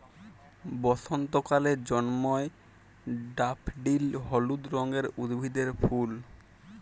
বসন্তকালে জল্ময় ড্যাফডিল হলুদ রঙের উদ্ভিদের ফুল